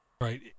Right